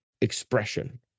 expression